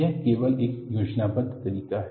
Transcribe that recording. यह केवल एक योजनाबद्ध तरीका है